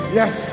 yes